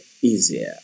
easier